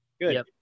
Good